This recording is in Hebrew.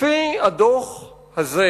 לפי הדוח הזה